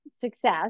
success